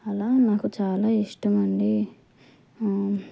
అలా నాకు చాలా ఇష్టం అండి